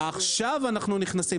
עכשיו אנחנו נכנסים.